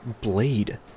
Blade